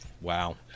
Wow